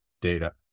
data